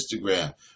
Instagram